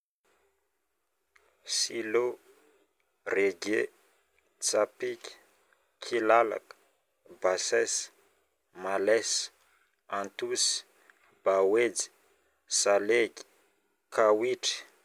Silô, rege, tsapiky, kilalaka, basesa, malesa, antosi, baoejy, kawitry